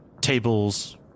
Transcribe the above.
tables